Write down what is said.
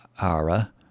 Ara